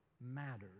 matters